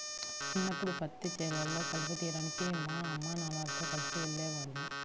చిన్నప్పడు పత్తి చేలల్లో కలుపు తీయడానికి మా అమ్మానాన్నలతో కలిసి వెళ్ళేవాడిని